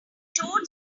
toad